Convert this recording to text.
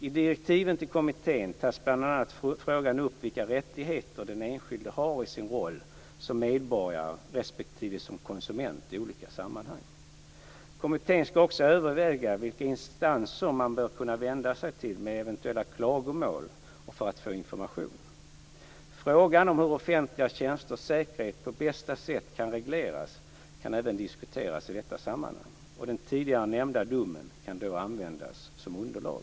I direktiven till kommittén tas bl.a. upp frågan om vilka rättigheter den enskilde har i sin roll som medborgare respektive som konsument i olika sammanhang. Kommittén skall också överväga vilka instanser man bör kunna vända sig till med eventuella klagomål och för att få information. Frågan om hur offentliga tjänsters säkerhet på bästa sätt kan regleras kan även diskuteras i detta sammanhang, och den tidigare nämnda domen kan då användas som underlag.